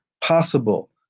possible